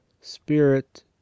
spirit